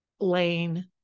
Lane